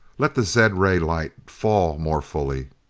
let the zed-ray light fall more fully.